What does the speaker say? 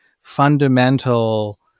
fundamental